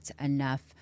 enough